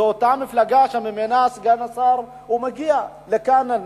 זאת אותה מפלגה שממנה סגן השר מגיע לכאן,